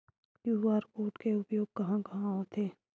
QR code के उपयोग कहां कहां होथे?